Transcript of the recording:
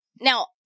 Now